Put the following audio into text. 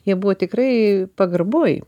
jie buvo tikrai pagarboj